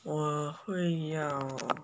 我会要